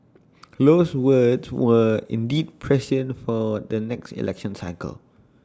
Low's words were indeed prescient for the next election cycle